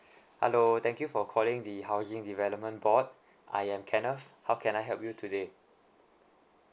hello thank you for calling the housing development board I am kenneth how can I help you today